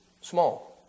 Small